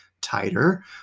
tighter